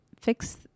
Fix